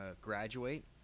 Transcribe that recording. graduate